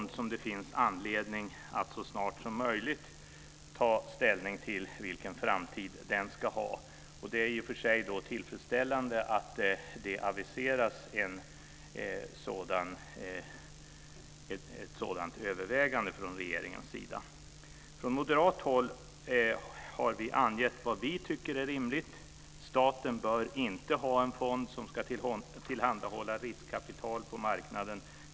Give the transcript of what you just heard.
Det finns anledning att så snart som möjligt ta ställning till vilken framtid sjätte AP-fonden ska ha. Det är i och för sig tillfredsställande att det aviseras ett sådant övervägande från regeringens sida. Från moderat håll har vi angett vad vi tycker är rimligt. Staten bör inte ha en fond som ska tillhandahålla riskkapital på marknaden.